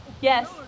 Yes